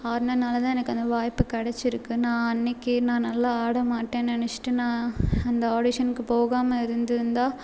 ஆடினனால தான் எனக்கு அந்த வாய்ப்பு கிடச்சிருக்கு நான் அன்னிக்கு நான் நல்ல ஆடமாட்டேன்னு நினச்சிட்டு நான் அந்த ஆடிஷன்கு போகாமல் இருந்துருந்தால்